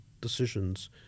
decisions